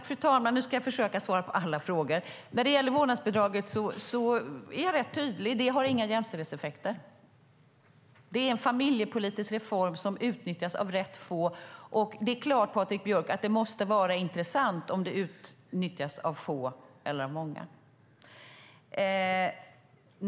Fru talman! Nu ska jag försöka svara på alla frågor. När det gäller vårdnadsbidraget är jag rätt tydlig: Det har inga jämställdhetseffekter. Det är en familjepolitisk reform som utnyttjas av rätt få, och det är klart, Patrik Björck, att det måste vara intressant om det utnyttjas av få eller av många.